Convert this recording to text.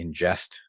ingest